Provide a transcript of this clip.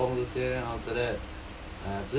uh 我做工这些 then after that